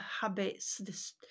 habits